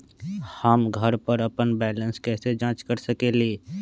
हम घर पर अपन बैलेंस कैसे जाँच कर सकेली?